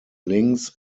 lynx